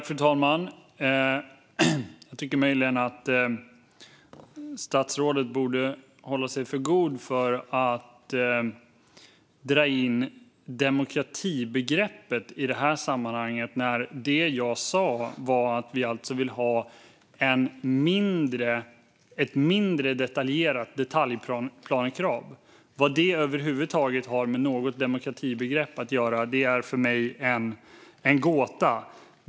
Fru talman! Jag tycker att statsrådet borde hålla sig för god för att dra in demokratibegreppet i detta sammanhang när det jag sa var att vi vill ha ett mindre detaljerat detaljplanekrav. Vad det över huvud taget har med något demokratibegrepp att göra är för mig en gåta.